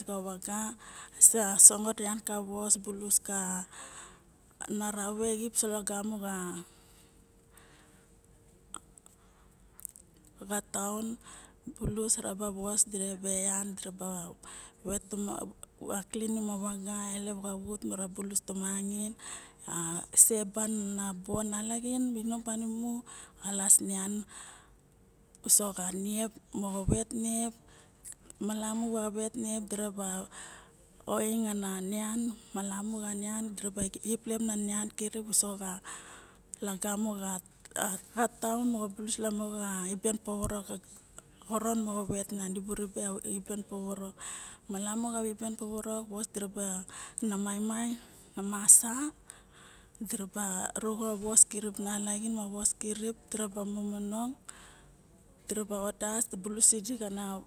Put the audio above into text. soxa vaga sangot nian ka vos bulus ka na rave xip so lagamo xa dataun bulus vos dira ba etan diraba vet tomangain ma klinim a vaga elep xavut bulus tomanain ne seban a bo na las nian nalaxin inom panimu a xalas nian moxo vet niep malamu ka vet niep dira ba oing ana nian malamu xa nian diraba xip lep na nian kirip uso xa lagamo xa xataun mo bulus lamo xa aiben povorok xoron moxo vet nian dibu rebe iben povorok malamu xa iben povorok vos diraba maimai na masa diraba ku xa yos ma nalaxin kirip diraba momongong diraba vadas bulus idi xana.